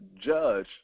judge